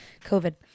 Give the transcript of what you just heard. COVID